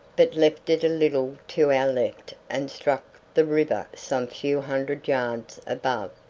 but left it a little to our left and struck the river some few hundred yards above,